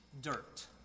dirt